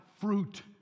fruit